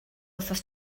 wythnos